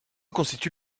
constitue